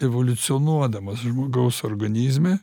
evoliucionuodamas žmogaus organizme